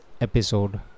episode